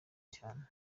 cyane